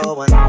one